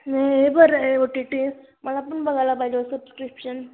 नाही हे बरं आहे ओ टी टी मला पण बघायला पाहिजे सबस्क्रिप्शन